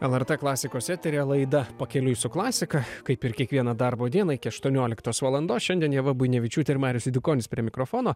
lrt klasikos eteryje laida pakeliui su klasika kaip ir kiekvieną darbo dieną iki aštuonioliktos valandos šiandien ieva buinevičiūtė ir marius eidukonis prie mikrofono